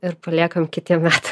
ir paliekam kitiem metam